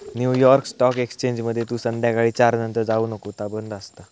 new York stock एक्सचेंजमध्ये तू संध्याकाळी चार नंतर जाऊ नको ता बंद असता